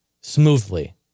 smoothly